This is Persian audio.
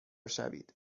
شوید